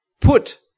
put